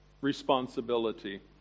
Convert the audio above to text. responsibility